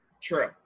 True